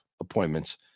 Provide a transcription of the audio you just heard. appointments